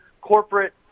corporate